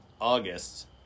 august